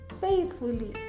faithfully